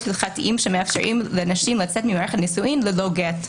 הלכתיים שמאפשרים לנשים לצאת ממערכת נישואים ללא גט,